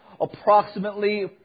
Approximately